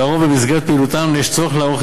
לרוב במסגרת פעילותן יש צורך לערוך